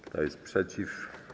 Kto jest przeciw?